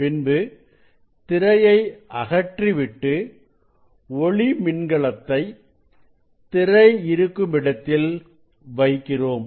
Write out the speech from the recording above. பின்பு திரையை அகற்றிவிட்டு ஒளி மின்கலத்தை திரை இருக்கும் இடத்தில் வைக்கிறோம்